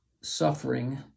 suffering